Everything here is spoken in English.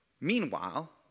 Meanwhile